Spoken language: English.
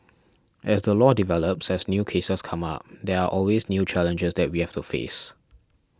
as the law develops as new cases come up there are always new challenges that we have to face